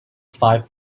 five